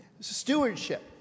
Stewardship